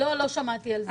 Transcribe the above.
לא, לא שמעתי על זה.